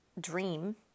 dream